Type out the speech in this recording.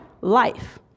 life